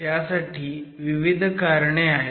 त्यासाठी विविध करणे आहेत